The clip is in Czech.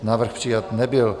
Návrh přijat nebyl.